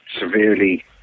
severely